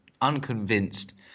unconvinced